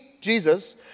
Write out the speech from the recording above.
Jesus